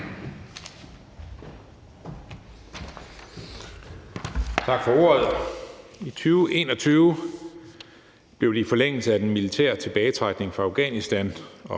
Tak for ordet. I 2021 blev det i forlængelse af den militære tilbagetrækning fra Afghanistan